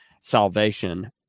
salvation